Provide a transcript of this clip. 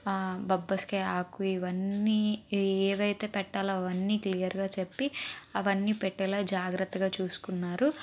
బబ్బస్ కాయ ఆకు ఇవన్ని ఏవైతే పెట్టాలో అవన్ని క్లియర్గా చెప్పి అవన్ని పెట్టేలా జాగ్రత్తగా చూసుకున్నారు